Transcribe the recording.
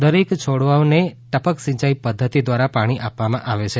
દરેક છોડવાઓને ટપક સિંચાઈ પદ્વતિ દ્વારા પાણી આપવામાં આવે છે